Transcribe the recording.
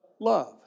Love